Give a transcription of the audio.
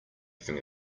from